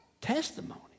testimony